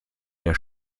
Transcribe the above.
der